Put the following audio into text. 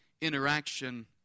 interaction